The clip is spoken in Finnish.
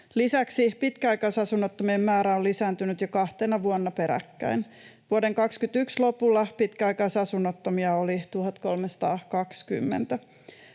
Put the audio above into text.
Lisäksi pitkäaikaisasunnottomien määrä on lisääntynyt jo kahtena vuonna peräkkäin. Vuoden 2021 lopulla pitkäaikaisasunnottomia oli 1 320.